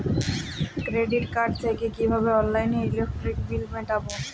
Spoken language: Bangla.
ক্রেডিট কার্ড থেকে কিভাবে অনলাইনে ইলেকট্রিক বিল মেটাবো?